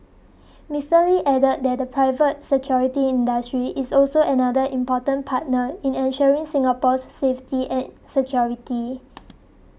Mr Lee added that the private security industry is also another important partner in ensuring Singapore's safety and security